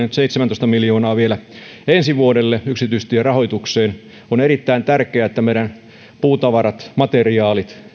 nyt seitsemäntoista miljoonaa vielä ensi vuodelle yksityistierahoitukseen on erittäin tärkeää että meidän puutavarat materiaalit